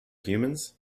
humans